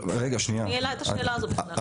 מי העלה את השאלה הזאת בכלל?